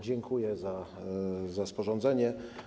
Dziękuję za jego sporządzenie.